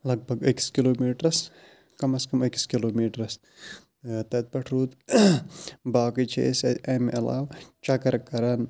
لگ بگ أکِس کِلوٗ میٖٹرَس کَمَس کَم أکِس کِلوٗ میٖٹرَس تَتہِ پٮ۪ٹھ روٗد باقٕے چھِ أسۍ اَمہِ علاوٕ چَکر کَران